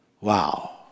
Wow